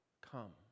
come